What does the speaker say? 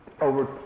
over